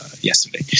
yesterday